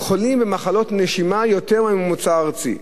חולים במחלות נשימה ב-40% יותר מהממוצע הארצי.